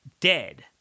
dead